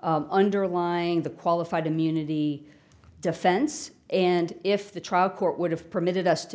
underlying the qualified immunity defense and if the trial court would have permitted us to